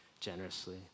generously